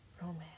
romance